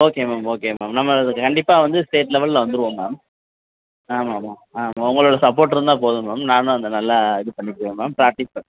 okay ma'am okay ma'am நம்ம இது கண்டிப்பாக வந்து ஸ்டேட் லெவலில் வந்துடுவோம் மேம் ஆமாம் ஆமாம் உங்களோடய சப்போர்ட் இருந்தால் போதும் மேம் நானும் அங்கே நல்லா இது பண்ணிவிடுவேன் மேம் ப்ராக்டிஸ்